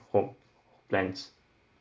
oh thanks